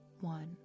one